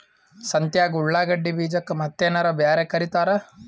ಸಂತ್ಯಾಗ ಉಳ್ಳಾಗಡ್ಡಿ ಬೀಜಕ್ಕ ಮತ್ತೇನರ ಬ್ಯಾರೆ ಕರಿತಾರ?